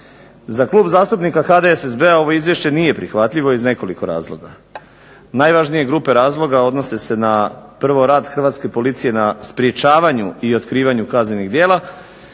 Za Klub zastupnika HDSSB-a ovo izvješće nije prihvatljivo iz nekoliko razloga. Najvažnije grupe razloga odnose se na prvo rad hrvatske policije na sprečavanju i otkrivanju kaznenih djela